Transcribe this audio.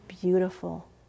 beautiful